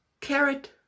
Carrot